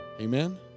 Amen